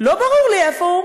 לא ברור לי איפה הוא,